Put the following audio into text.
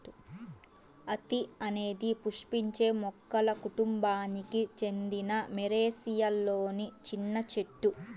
అత్తి అనేది పుష్పించే మొక్కల కుటుంబానికి చెందిన మోరేసిలోని చిన్న చెట్టు